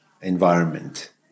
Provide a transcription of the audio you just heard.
environment